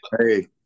Hey